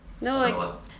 no